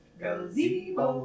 gazebo